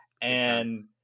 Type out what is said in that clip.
And-